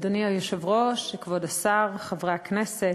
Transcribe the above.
אדוני היושב-ראש, כבוד השר, חברי הכנסת,